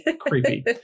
Creepy